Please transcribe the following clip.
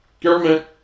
government